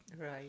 Right